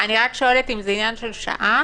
אני רק שואלת אם זה עניין של שעה,